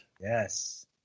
Yes